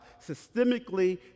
systemically